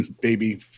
baby